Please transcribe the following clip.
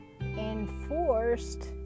enforced